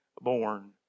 born